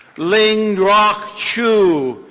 ling rok chu,